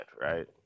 right